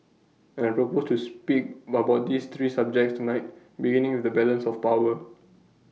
and propose to speak about these three subjects tonight beginning with the balance of power